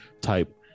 type